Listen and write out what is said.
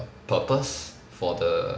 purpose for the